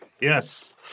Yes